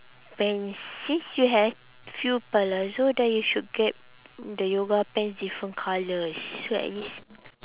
pants since you have few palazzo then you should get the yoga pants different colours so at least